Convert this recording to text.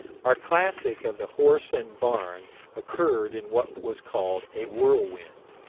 our classic of the horse and barn occurred in what was called a whirlwind.